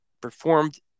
performed –